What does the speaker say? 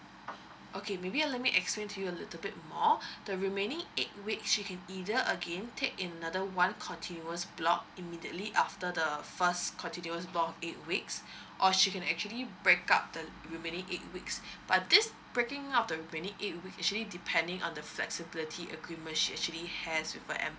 okay maybe uh let me explain to you a little bit more the remaining eight week she can either again take in another one continuous block immediately after the first continuous block eight weeks or she can actually break up the remaining eight weeks but this breaking up the remaining eight week actually depending on the flexibility agreement she actually has with her employer